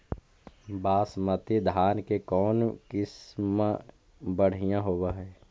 बासमती धान के कौन किसम बँढ़िया होब है?